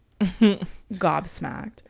gobsmacked